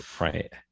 Right